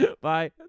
Bye